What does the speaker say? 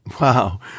Wow